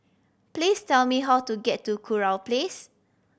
please tell me how to get to Kurau Place